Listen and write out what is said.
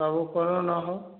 ସବୁ କରୁନ ହୋ